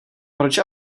proč